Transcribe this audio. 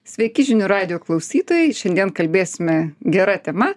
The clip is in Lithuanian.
sveiki žinių radijo klausytojai šiandien kalbėsime gera tema